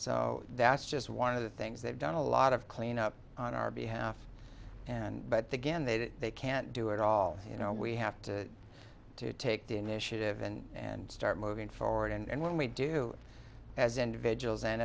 so that's just one of the things they've done a lot of clean up on our behalf and but the again they they can't do it all you know we have to to take the initiative and and start moving forward and when we do as individuals and